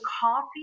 coffee